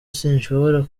sinshobora